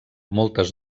moltes